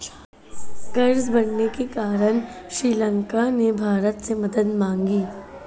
कर्ज बढ़ने के कारण श्रीलंका ने भारत से मदद मांगी